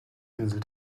insel